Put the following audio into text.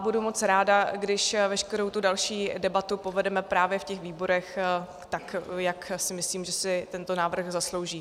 Budu moc ráda, když veškerou další debatu povedeme právě v těch výborech, tak jak si myslím, že si tento návrh zaslouží.